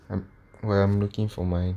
!huh! while I'm looking for my